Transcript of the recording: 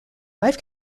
life